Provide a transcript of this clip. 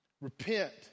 Repent